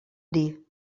dir